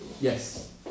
Yes